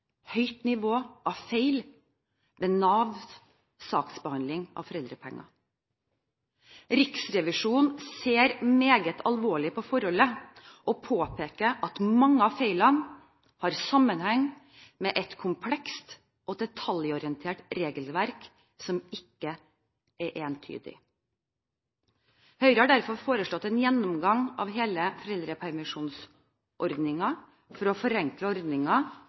høyt nivå av feil ved Navs saksbehandling av foreldrepenger. Riksrevisjonen ser meget alvorlig på forholdet og påpeker at mange av feilene har sammenheng med et komplekst og detaljorientert regelverk som ikke er entydig. Høyre har derfor foreslått en gjennomgang av hele foreldrepermisjonsordningen for å forenkle